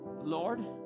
Lord